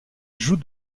joue